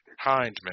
Hindman